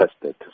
tested